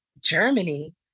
Germany